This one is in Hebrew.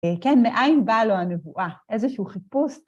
כן, מאין באה לו הנבואה? איזשהו חיפוש.